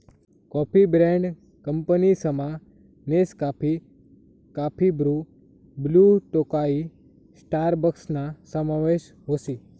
coffee brand कंपनीसमा Nescafe, coffee Bru, Blue Tokai स्टारबक्सना समावेश व्हस